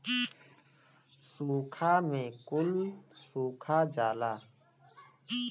सूखा में कुल सुखा जाला